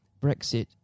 Brexit